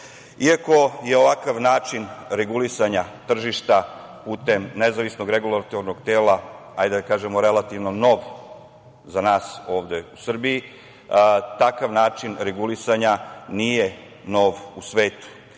je ovakav način regulisanja tržišta putem nezavisnog regulatornog tela, hajde da kažemo, relativno nov za nas ovde u Srbiji, takav način regulisanja nije nov u svetu.